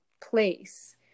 place